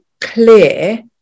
clear